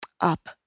up